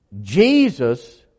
Jesus